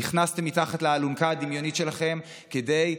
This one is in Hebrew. נכנסתם מתחת לאלונקה הדמיונית שלכם כדי לעזור,